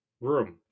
room